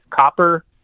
copper